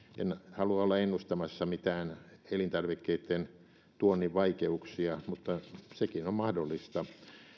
en halua olla ennustamassa mitään elintarvikkeitten tuonnin vaikeuksia mutta sekin on mahdollista